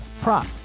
prop